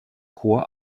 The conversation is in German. chor